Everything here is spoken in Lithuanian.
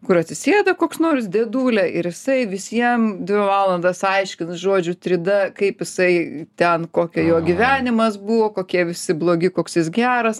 kur atsisėda koks nors dėdulė ir jisai visiem dvi valandas aiškins žodžiu tryda kaip jisai ten kokia jo gyvenimas buvo kokie visi blogi koks jis geras